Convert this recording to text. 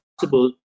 possible